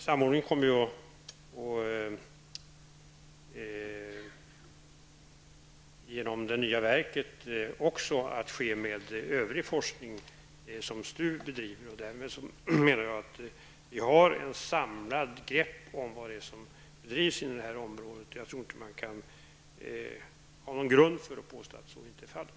Samordning kommer också att ske genom det nya verket med övriga forskningsprojekt som STU bedriver. Därmed menar jag att vi har ett samlat grepp om vad som bedrivs inom detta område. Jag tror inte att man kan ha någon grund för att påstå att så inte är fallet.